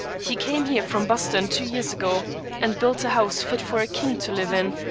he came here from boston two years ago and built a house fit for a king to live in.